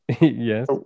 Yes